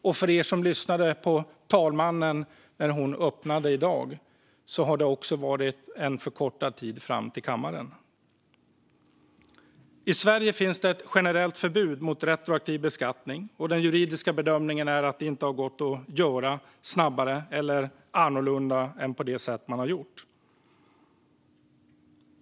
Ni som lyssnade på tjänstgörande talman när hon öppnade sammanträdet i dag kunde höra att även tiden fram till kammardebatten förkortats. I Sverige finns det ett generellt förbud mot retroaktiv beskattning. Den juridiska bedömningen är att det inte har gått att göra detta snabbare eller annorlunda än på det sätt man har gjort.